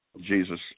Jesus